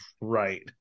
Right